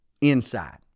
inside